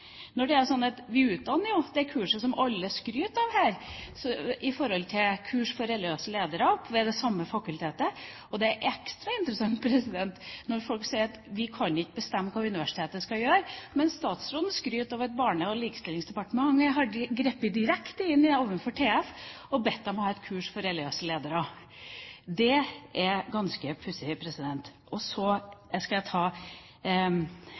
er sånn at vi jo ved det samme fakultetet har det kurset som alle skryter av her for religiøse ledere. Det er ekstra interessant når man sier at vi ikke kan bestemme hva universitetet skal gjøre, mens statsråden skryter av at Barne- og likestillingsdepartementet har grepet direkte inn overfor TF og bedt dem om å ha et kurs for religiøse ledere. Det er ganske pussig. Og så må jeg